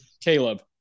Caleb